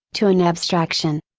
to an abstraction.